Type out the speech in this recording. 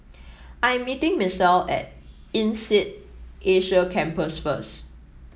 I am meeting Misael at INSEAD Asia Campus first